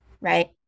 right